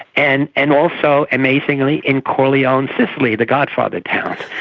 and and also amazingly in corleone, sicily, the godfather town.